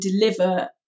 deliver